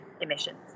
emissions